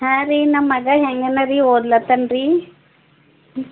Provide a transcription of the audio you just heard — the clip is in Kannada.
ಹಾಂ ರೀ ನಮ್ಮ ಮಗ ಹೇಗನ ರಿ ಓದ್ಲತ್ತನ ರಿ ಹ್ಞೂ